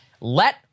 Let